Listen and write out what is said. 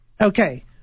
Okay